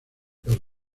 los